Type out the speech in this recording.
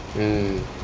mm